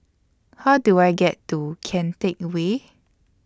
How Do I get to Kian Teck Way